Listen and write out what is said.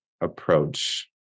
approach